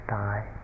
die